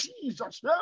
Jesus